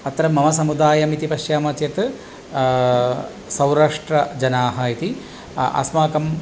अत्र मम समुदायम् इति पश्यामः चेत् सौराष्ट्रजनाः इति अस्माकं